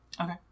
Okay